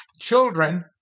children